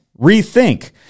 rethink